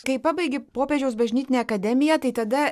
kai pabaigi popiežiaus bažnytinę akademiją tai tada